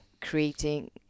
creating